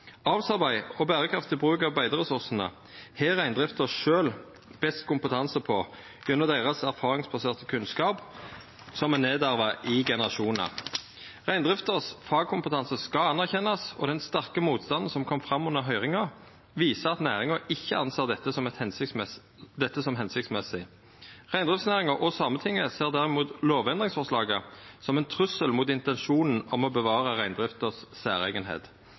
Avlsarbeid og berekraftig bruk av beiteressursane har reindrifta sjølv best kompetanse på gjennom den erfaringsbaserte kunnskapen deira, som er nedarva i generasjonar. Fagkompetansen i reindrifta skal verta anerkjent, og den sterke motstanden som kom fram under høyringa, viser at næringa ikkje ser på dette som føremålstenleg. Reindriftsnæringa og Sametinget ser derimot lovendringsforslaget som ein trussel mot intensjonen om å